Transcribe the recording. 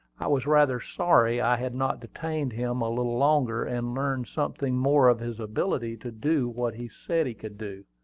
i was rather sorry i had not detained him a little longer, and learned something more of his ability to do what he said he could do.